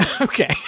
Okay